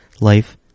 life